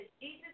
Jesus